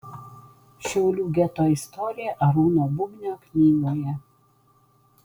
šiaulių geto istorija arūno bubnio knygoje